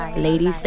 Ladies